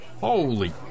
Holy